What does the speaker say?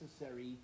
necessary